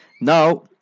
Now